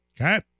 Okay